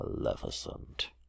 Maleficent